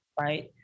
Right